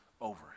over